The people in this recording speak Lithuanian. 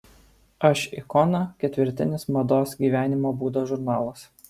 aš ikona ketvirtinis mados gyvenimo būdo žurnalas